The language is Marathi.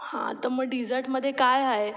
हां तर मग डीजर्टमध्ये काय आहे